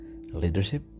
leadership